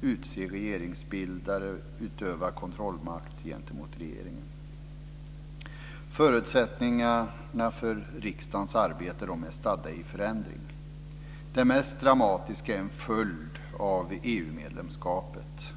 utse regeringsbildare och utöva kontrollmakt gentemot regeringen. Förutsättningarna för riksdagens arbete är stadda i förändring. De mest dramatiska är en följd av EU medlemskapet.